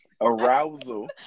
arousal